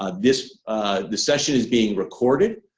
ah this this session is being recorded,